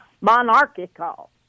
monarchical